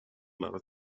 مرا